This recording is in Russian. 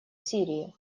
сирии